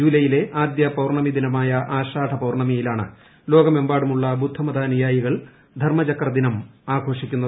ജൂലൈയിലെ ആദ്യ പൌർണമി ദിനമായ ആഷാഢ പൌർണമിയിലാണ് ലോകമെമ്പാടുമുള്ള ബുദ്ധ മതാനുയായികൾ ധർമ്മചക്ര ദിനം ആഘോഷിക്കുന്നത്